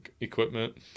equipment